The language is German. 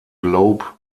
globe